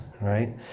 Right